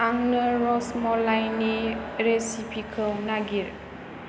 आंनो रसम'लाइनि रेसिपिखौ नागिर